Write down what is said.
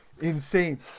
Insane